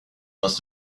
must